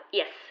yes